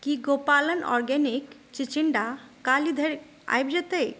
की गोपालन आर्गेनिक चिचिण्डा काल्हि धरि आबि जेतै